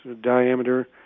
diameter